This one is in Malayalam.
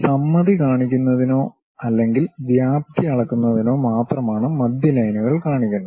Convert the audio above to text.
സമമിതി കാണിക്കുന്നതിനോ അല്ലെങ്കിൽ വ്യാപ്തി അളക്കുന്നതിനോ മാത്രമാണ് മധ്യലൈനുകൾ വരയ്ക്കുന്നത്